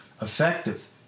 Effective